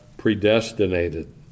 Predestinated